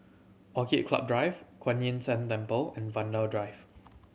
Orchid Club Drive Kuan Yin San Temple and Vanda Drive